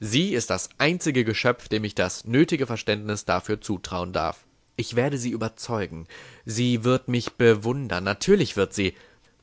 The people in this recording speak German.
sie ist das einzige geschöpf dem ich das nötige verständnis dafür zutrauen darf ich werde sie überzeugen sie wird mich bewundern natürlich wird sie